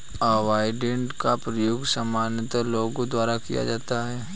avoidance का प्रयोग सामान्यतः लोगों द्वारा किया जाता है